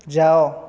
ଯାଅ